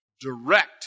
direct